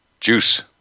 juice